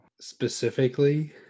Specifically